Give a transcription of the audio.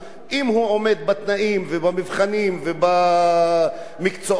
ובמבחנים במקצועות שצריך ללמוד אותם,